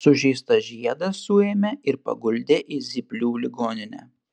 sužeistą žiedą suėmė ir paguldė į zyplių ligoninę